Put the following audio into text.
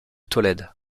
tolède